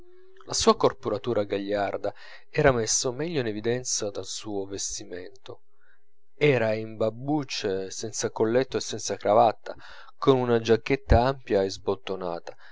la sua corporatura gagliarda era messa meglio in evidenza dal suo vestimento era in babbuccie senza colletto e senza cravatta con una giacchetta ampia e sbottonata